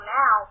now